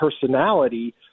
personality